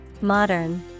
Modern